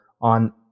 on